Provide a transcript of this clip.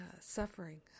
suffering